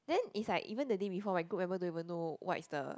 then it's like even the day before my group member don't even know what's the